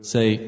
Say